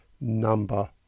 number